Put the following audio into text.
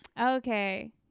Okay